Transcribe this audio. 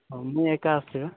ହଉ ମୁଁ ଏକା ଆସିଛି